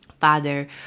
father